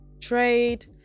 trade